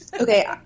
okay